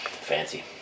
Fancy